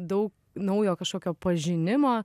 daug naujo kažkokio pažinimo